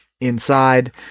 Inside